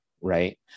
right